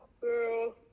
girl